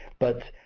but